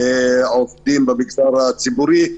עובדים במגזר הציבורי,